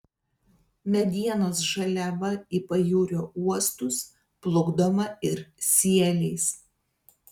medienos žaliava į pajūrio uostus plukdoma ir sieliais